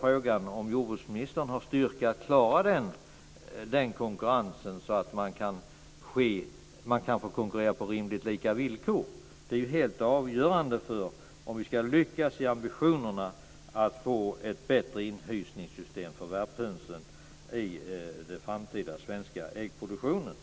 Frågan är om jordbruksministern har styrkan att klara det problemet, så att man kan få konkurrera på rimligt lika villkor. Det är helt avgörande för om vi ska lyckas med ambitionen att få ett bättre inhysningssystem för värphönsen i den framtida svenska äggproduktionen.